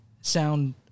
sound